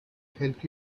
help